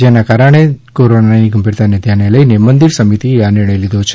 જેથી કોરોનાની ગંભીરતાને ધ્યાને લઇ મંદિર સમિતિએ આ નિર્ણય લીધો છે